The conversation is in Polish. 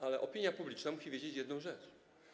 Ale opinia publiczna musi wiedzieć jedną rzecz.